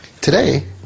Today